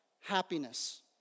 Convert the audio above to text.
happiness